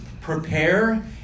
prepare